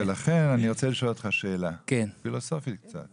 ולכן, אני רוצה לשאול אותך שאלה פילוסופית קצת.